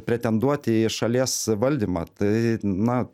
pretenduoti į šalies valdymą tai na